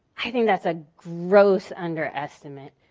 i think that's a gross underestimate.